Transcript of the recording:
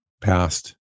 Past